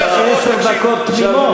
היו לך עשר דקות תמימות.